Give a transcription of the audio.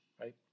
right